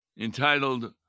entitled